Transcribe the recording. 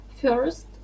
First